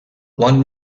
one